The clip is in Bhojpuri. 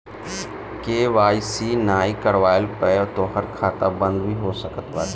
के.वाई.सी नाइ करववला पअ तोहार खाता बंद भी हो सकत बाटे